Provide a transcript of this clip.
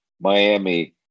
Miami